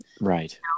Right